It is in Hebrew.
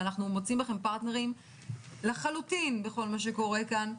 אנחנו מוצאים בכם פרטנרים לחלוטין בכל מה שקורה כאן.